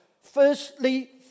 firstly